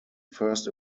first